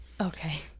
okay